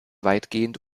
weitgehend